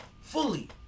fully